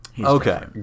Okay